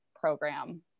program